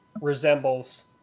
resembles